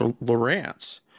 lawrence